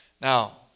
Now